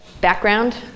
background